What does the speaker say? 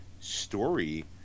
story